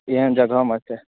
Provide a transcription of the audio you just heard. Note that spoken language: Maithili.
एहन जगहमे हेतै